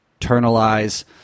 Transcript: internalize